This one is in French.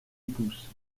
pouce